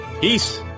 Peace